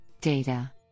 data